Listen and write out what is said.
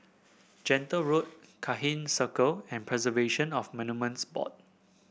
Gentle Road Cairnhill Circle and Preservation of Monuments Board